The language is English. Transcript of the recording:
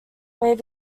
where